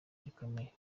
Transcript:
gikomeye